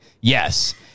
Yes